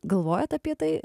galvojat apie tai